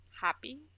happy